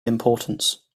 importance